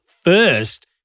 first